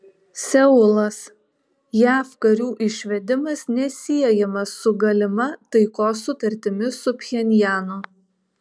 seulas jav karių išvedimas nesiejamas su galima taikos sutartimi su pchenjanu